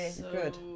good